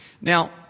now